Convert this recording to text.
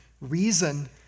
reason